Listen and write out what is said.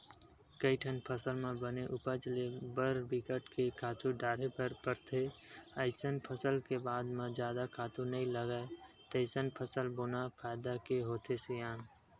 कइठन फसल म बने उपज ले बर बिकट के खातू डारे बर परथे अइसन फसल के बाद म जादा खातू नइ लागय तइसन फसल बोना फायदा के होथे सियान